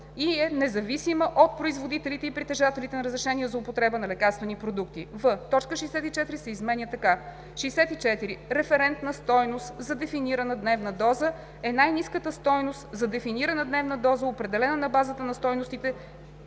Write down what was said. и е независима от производителите и притежателите на разрешения за употреба на лекарствени продукти.“; в) точка 64 се изменя така: „64. „Референтна стойност за дефинирана дневна доза“ е най-ниската стойност за дефинирана дневна доза, определена на базата на стойностите